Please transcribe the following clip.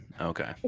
okay